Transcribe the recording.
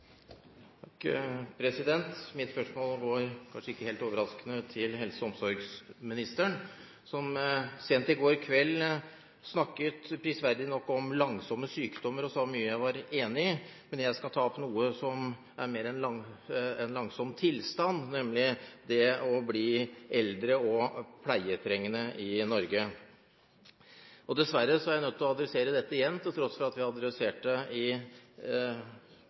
Mitt spørsmål går – kanskje ikke helt overraskende – til helse- og omsorgsministeren, som sent i går kveld prisverdig nok snakket om de «langsomme sykdommene», som jeg er enig i. Men jeg skal ta opp noe som er mer en langsom tilstand, nemlig det å bli eldre og pleietrengende i Norge. Dessverre er jeg nødt til å adressere dette igjen, til tross for at vi har adressert det i